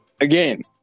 again